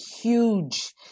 huge